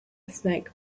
snake